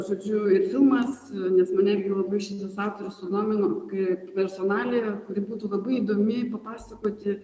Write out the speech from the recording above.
žodžiu ir filmas nes mane irgi labai šitas aktorius sudomino kai personalija kuri būtų labai įdomi papasakoti